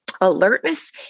Alertness